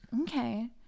Okay